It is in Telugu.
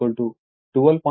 1042 కిలోవాట్